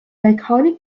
iconic